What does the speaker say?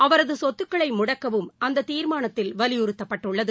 அவரது சொத்துக்களை முடக்கவும் அந்த தீர்மானத்தில் வலியறுத்தப்பட்டுள்ளது